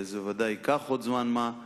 זה ודאי ייקח עוד זמן-מה,